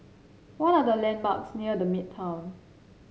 what are the landmarks near The Midtown